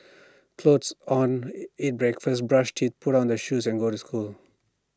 clothes on eat breakfast brush teeth put on the shoes and go to school